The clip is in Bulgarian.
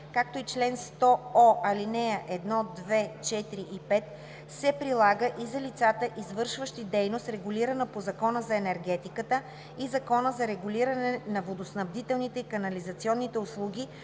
както и чл. 100о, ал. 1, 2, 4 и 5, се прилага и за лицата, извършващи дейност регулирана по Закона за енергетиката и Закона за регулиране на водоснабдителните и канализационните услуги